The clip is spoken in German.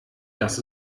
das